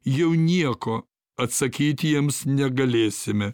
jau nieko atsakyti jiems negalėsime